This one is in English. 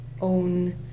own